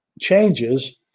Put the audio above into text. changes